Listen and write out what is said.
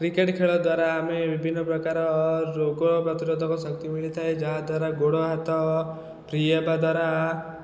cricket ଖେଳ ଦ୍ଵାରା ଆମେ ବିଭିନ୍ନ ପ୍ରକାର ରୋଗ ପ୍ରତିରୋଧକ ଶକ୍ତି ମିଳିଥାଏ ଯାହାଦ୍ଵାରା ଗୋଡ଼ ହାତ ଫ୍ରୀ ହେବା ଦ୍ୱାରା